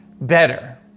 better